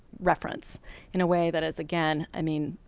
reference in a way that is again, i mean,